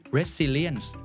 Resilience